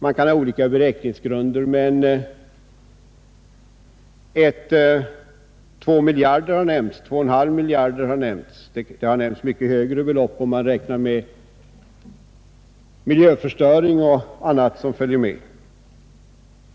Hans siffra blir i dagens penningvärde ca 2 miljarder. Man kan ha olika beräkningsgrunder, men 2,5 miljarder kronor har nämnts — det har nämnts mycket högre belopp om man räknar in miljöförstöring och annat som följer med.